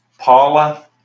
Paula